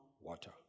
Water